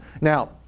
now